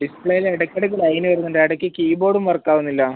ഡിസ്പ്ലേയിൽ ഇടക്കിടയ്ക്ക് ലൈന് വരുന്നുണ്ട് ഇടയ്ക്ക് കീബോഡും വർക്കാവുന്നില്ല